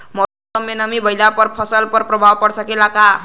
मौसम में नमी भइला पर फसल पर प्रभाव पड़ सकेला का?